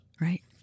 Right